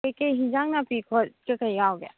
ꯀꯩꯀꯩ ꯌꯦꯟꯁꯥꯡ ꯅꯥꯄꯤ ꯄꯣꯠ ꯀꯩꯀꯩ ꯌꯥꯎꯒꯦ